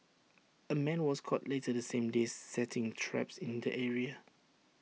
A man was caught later the same day setting traps in the area